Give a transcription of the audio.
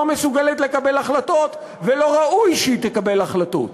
מסוגלת לקבל החלטות ולא ראוי שהיא תקבל החלטות.